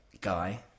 guy